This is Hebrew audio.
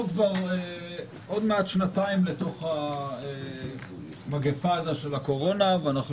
אנחנו עוד מעט שנתיים בתוך מגיפת הקורונה ואנחנו